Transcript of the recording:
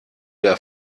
wer